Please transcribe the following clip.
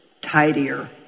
tidier